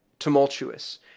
Tumultuous